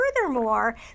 Furthermore